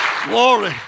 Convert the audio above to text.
glory